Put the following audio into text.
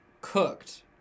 cooked